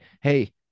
Hey